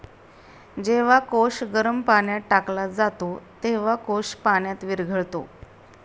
जेव्हा कोश गरम पाण्यात टाकला जातो, तेव्हा कोश पाण्यात विरघळतो